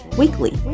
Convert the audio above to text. weekly